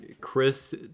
Chris